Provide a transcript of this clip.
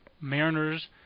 Mariners